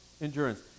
endurance